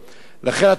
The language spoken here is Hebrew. לכן, התורה אומרת: